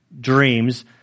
dreams